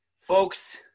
Folks